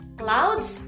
clouds